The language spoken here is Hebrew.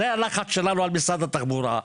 זה הלחץ שלנו על משרד התחבורה.